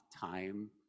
time